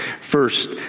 First